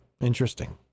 interesting